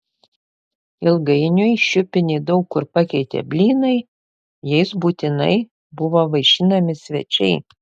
ilgainiui šiupinį daug kur pakeitė blynai jais būtinai buvo vaišinami svečiai